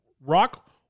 Rock